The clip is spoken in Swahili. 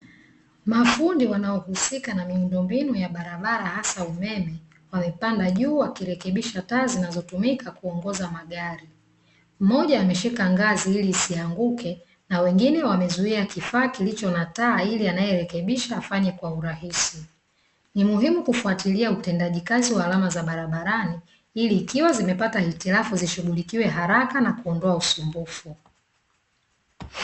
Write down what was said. Mafundi wanaohusika na miundombinu ya barabara hasa umeme, wamepanda juu wakirekebisha taa zinazotumika kuongoza magari. Mmoja ameshika ngazi ili isianguke na wengine wamezuia kifaa kilicho na taa, ili anayerekebisha afanye kwa urahisi. Ni muhimu kufuatilia utendaji kazi wa alama za barabarani, ili ikiwa zimepata hitilafu zishughulikiwe haraka na kuondoa usumbufu.